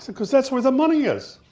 so cause that's where the money is.